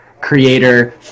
creator